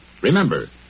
Remember